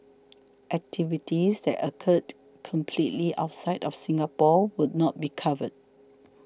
activities that occurred completely outside of Singapore would not be covered